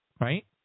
right